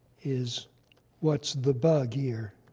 is what's the bug here?